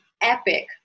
epic